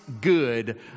good